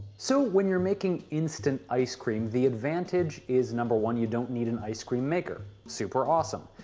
so when you're making instant ice cream the advantage is number one you don't need an ice cream maker. super awesome.